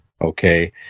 okay